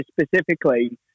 specifically